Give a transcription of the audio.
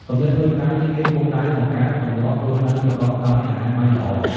គំនិតផ្តួចផ្តើមនេះមានគោលដៅបង្កើតទម្លាប់រស់នៅប្រកបដោយអនាម័យល្អ។